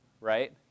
right